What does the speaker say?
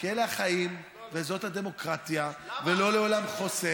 כי אלה החיים וזאת הדמוקרטיה ולא לעולם חוסן.